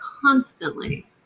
constantly